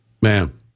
Man